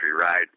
ride